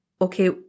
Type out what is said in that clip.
okay